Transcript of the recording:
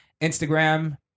Instagram